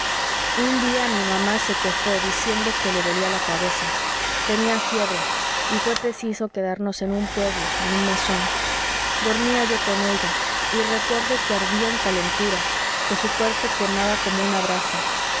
un día mi mamá se quejó diciendo que le dolía la cabeza tenía fiebre y fué preciso quedarnos en un pueblo en un mesón dormía yo con ella y recuerdo que ardía en calentura que su cuerpo quemaba como una brasa